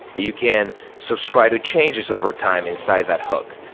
you can subscribe to changes over time inside that hook.